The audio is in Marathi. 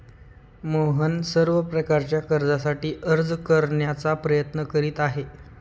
मोहन सर्व प्रकारच्या कर्जासाठी अर्ज करण्याचा प्रयत्न करीत आहे